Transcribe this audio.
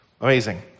Amazing